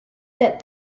that